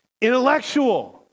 intellectual